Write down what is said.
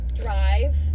drive